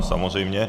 Samozřejmě.